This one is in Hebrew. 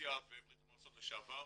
רוסיה וברית המועצות לשעבר,